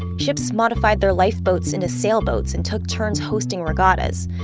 ships modified their lifeboats into sailboats and took turns hosting regattas.